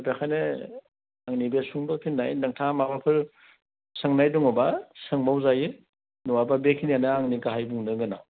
बेनिखायनो आंनि बे सुंद' फिननाय नोथाङा माबाफोर सोंनाय दङबा सोंबावजायो नङाबा बेखिनियानो आंनि गाहाय बुंनो गोनां